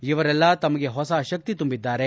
ಇವರೆಲ್ಲ ತಮಗೆ ಹೊಸ ಶಕ್ತಿ ತುಂಬಿದ್ದಾರೆ